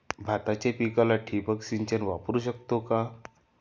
भाताच्या पिकाला ठिबक सिंचन वापरू शकतो का?